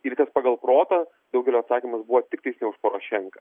ir kas pagal protą daugelio atsakymas buvo tiktais ne už porošenką